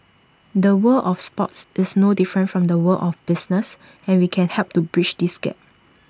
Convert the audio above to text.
the world of sports is no different from the world of business and we can help to bridge this gap